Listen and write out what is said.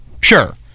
Sure